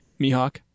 Mihawk